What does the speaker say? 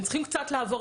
הם צריכים קצת לעבור,